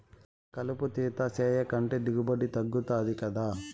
కలుపు తీత సేయకంటే దిగుబడి తగ్గుతది గదా